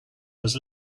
was